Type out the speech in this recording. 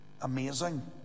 amazing